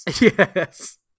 Yes